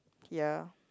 ya